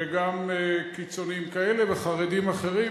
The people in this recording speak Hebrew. וגם קיצוניים כאלה וחרדים אחרים.